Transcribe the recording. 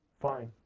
Fine